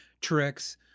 tricks